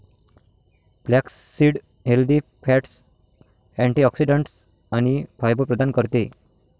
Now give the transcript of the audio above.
flaxseed healthy fats, antioxidants आणि fibre प्रदान करते